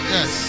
Yes